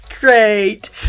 great